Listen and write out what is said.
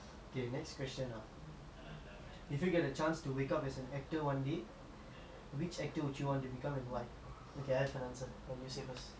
if you get a chance to wake up as an actor one day which actor would you want to become and why okay I have an answer but you say first sit down